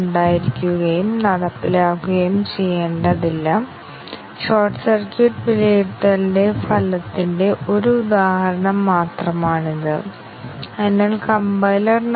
അതിനാൽ test case b നേക്കാൾ വലുതാണ് സ്റ്റേറ്റ്മെന്റ് കവറേജ് നേടുന്നു പക്ഷേ ബ്രാഞ്ച് കവർ നേടുന്നില്ല സ്റ്റേറ്റ്മെന്റ് കവറേജ് ബ്രാഞ്ച് കവറേജ് നേടുന്നില്ലെന്ന് കാണിക്കാൻ ഇത് മതിയായ ഉദാഹരണമാണ്